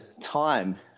time